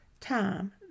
Time